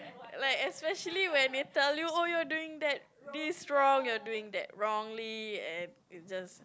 like especially when they tell you oh you're doing that this wrong you are doing that wrongly and it just